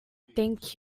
thank